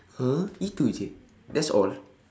!huh! itu jer that's all